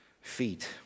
feet